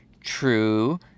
true